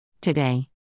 Today